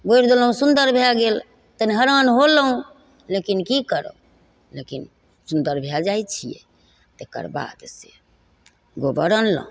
बोरि देलहुँ सुन्दर भए गेल तहन हरान हाेलहुँ लेकिन कि करब लेकिन सुन्दर भए जाइ छियै तकरबादसँ गोबर अनलहुँ